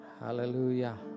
Hallelujah